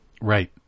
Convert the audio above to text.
Right